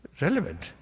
relevant